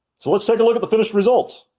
so let's take a look at the finished results.